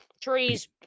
trees